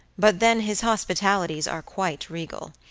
but then his hospitalities are quite regal.